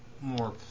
more